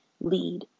lead